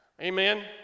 Amen